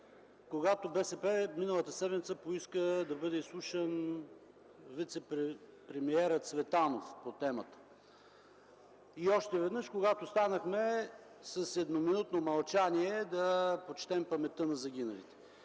когато миналата седмица БСП поиска да бъде изслушан вицепремиерът Цветанов по темата. И още веднъж – когато станахме с едноминутно мълчание да почетем паметта на загиналите.